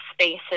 spaces